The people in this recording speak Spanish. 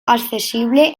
accesible